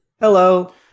Hello